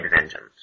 vengeance